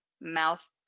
mouth